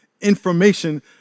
information